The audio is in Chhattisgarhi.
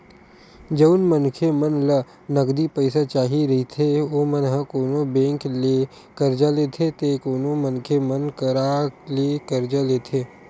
जउन मनखे मन ल नगदी पइसा चाही रहिथे ओमन ह कोनो बेंक ले करजा लेथे ते कोनो मनखे मन करा ले करजा लेथे